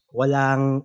walang